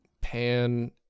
Pan